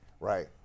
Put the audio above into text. Right